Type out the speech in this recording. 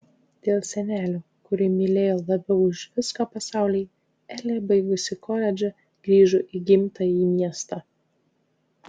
dėl senelio kurį mylėjo labiau už viską pasaulyje elė baigusi koledžą grįžo į gimtąjį miestą